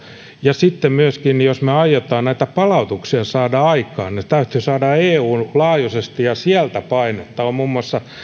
ja sitten myöskin jos me aiomme näitä palautuksia saada aikaan ne täytyy saada eun laajuisesti ja sieltä painetta olen muun muassa